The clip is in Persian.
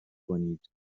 کنید